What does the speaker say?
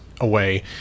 away